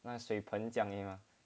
那水盆这样而已 mah